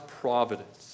providence